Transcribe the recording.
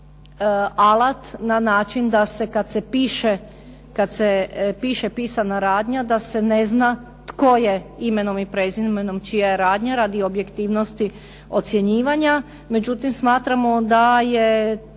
na način da se kad se piše pisana radnja da se ne zna tko je imenom i prezimenom čija je radnja, radi objektivnosti ocjenjivanja. Međutim smatramo da je